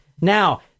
Now